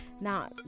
Now